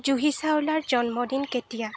জুহী চাওলাৰ জন্মদিন কেতিয়া